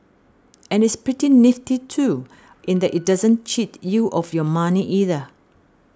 and it's pretty nifty too in that it doesn't cheat you of your money either